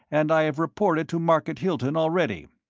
and i have reported to market hilton already.